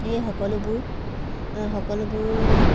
এই সকলোবোৰ সকলোবোৰ